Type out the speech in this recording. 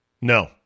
No